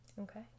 Okay